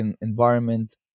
environment